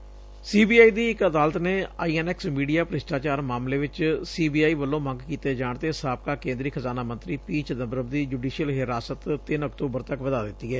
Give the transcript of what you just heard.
ਦਿੱਲੀ ਦੀ ਇਕ ਅਦਾਲਤ ਨੇ ਆਈ ਐਨ ਐਕਸ ਮੀਡੀਆ ਭ੍ਸਿਸਟਾਚਾਰ ਮਾਮਲੇ ਵਿਚ ਸੀ ਬੀ ਆਈ ਵੱਲੋਂ ਮੰਗ ਕੀਤੇ ਜਾਣ ਤੇ ਸਾਬਕਾ ਕੇ ਂਦਰੀ ਖਜ਼ਾਨਾ ਮੰਤਰੀ ਪੀ ਚਿਦੰਬਰਮ ਦੀ ਜੁਡੀਸੀਅਲ ਹਿਰਾਸਤ ਤਿੰਨ ਅਕਤੂਬਰ ਤੱਕ ਵਧਾ ਦਿੱਤੀ ਏ